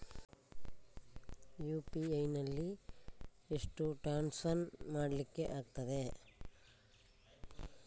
UPI ನಲ್ಲಿ ಎಷ್ಟು transaction ಮಾಡ್ಲಿಕ್ಕೆ ಆಗ್ತದೆ?